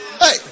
Hey